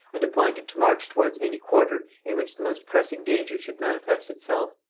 and appointed to march towards any quarter in which the most pressing danger should manifest itself.